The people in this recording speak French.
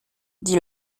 dit